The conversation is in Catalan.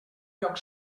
lloc